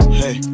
hey